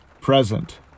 present